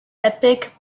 epic